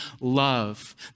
love